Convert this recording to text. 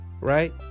Right